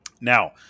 Now